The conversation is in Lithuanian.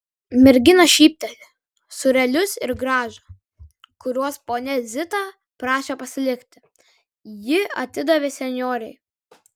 mergina šypteli sūrelius ir grąžą kuriuos ponia zita prašė pasilikti ji atidavė senjorei